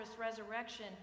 resurrection